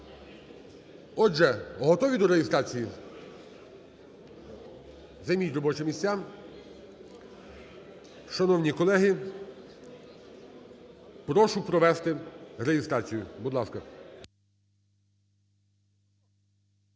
Отже, готові до реєстрації? Займіть робочі місця. Шановні колеги, прошу провести реєстрацію. Будь ласка.